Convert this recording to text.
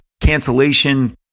cancellation